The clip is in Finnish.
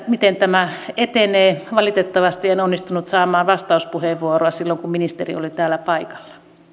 miten tämä etenee valitettavasti en onnistunut saamaan vastauspuheenvuoroa silloin kun ministeri oli täällä paikalla